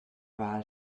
wahl